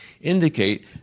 indicate